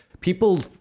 people